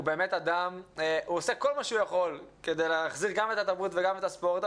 הוא עושה כל מה שהוא יכול כדי להחזיר גם את התרבות וגם את הספורט,